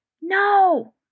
No